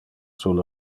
sur